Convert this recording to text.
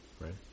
Right